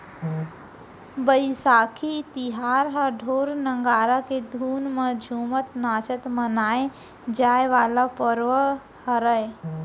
बइसाखी तिहार ह ढोर, नंगारा के धुन म झुमत नाचत मनाए जाए वाला परब हरय